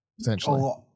essentially